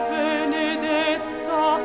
benedetta